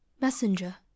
messenger